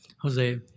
Jose